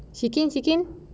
shikin shikin